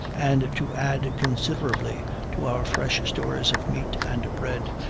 and to add considerably to our fresh stores of meat and bread,